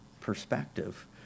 perspective